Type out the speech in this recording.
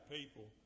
people